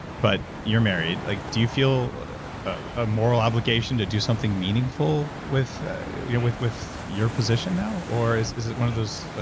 but you're married, like do you feel a moral obligation to do something meaningful with you know with your position now, or is is it one of those.